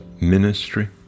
ministry